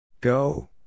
Go